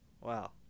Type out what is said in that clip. Wow